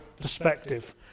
perspective